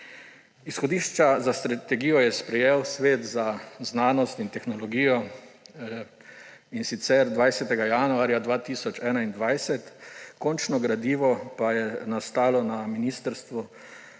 Izhodišča za strategijo je sprejel Svet za znanost in tehnologijo, in sicer 20. januarja 2021, končno gradivo pa je nastalo na ministrstvu,